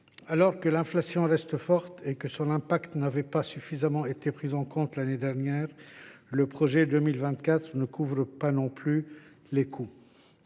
Alors que l’inflation reste forte et que son impact n’avait pas suffisamment été pris en compte l’année dernière, le projet 2024 ne couvre pas non plus l’ensemble